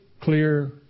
clear